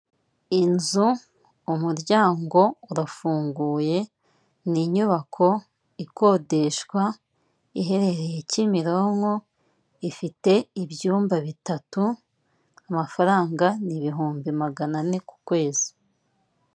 Inzu umuryango urafunguye, ni inyubako ikodeshwa iherereye Kimironko ifite ibyumba bitatu amafaranga ni ibihumbi magana ane ku kwezi.